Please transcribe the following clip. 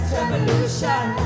revolution